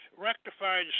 rectified